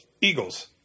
eagles